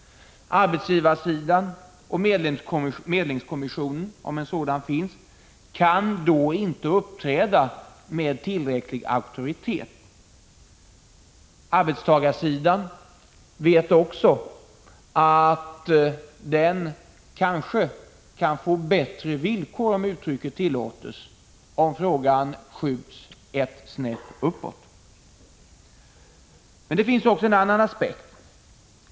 Arbetsgivarsidan och medlingskommissionen, om en sådan finns, kan inte uppträda med tillräcklig auktoritet. Arbetstagarsidan vet också att den kanske kan få bättre villkor, om uttrycket tillåts, om frågan skjuts ett snäpp uppåt. Men det finns också en annan aspekt.